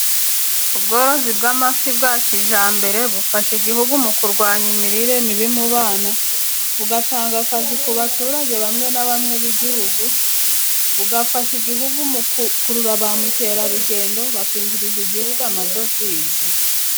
Ubworozi bw'amafi bwa kijyambere bufasha igihugu mu kurwanya imirire mibi mu bana, bugatanga akazi ku baturage bamwe na bamwe b'igihugu, bugafasha igihugu mu gukurura ba mukerarugendo, bakinjiriza igihugu amadovize.